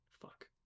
Fuck